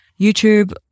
YouTube